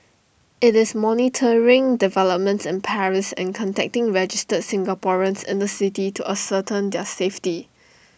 IT is monitoring developments in Paris and contacting registered Singaporeans in the city to ascertain their safety